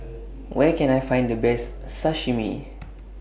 Where Can I Find The Best Sashimi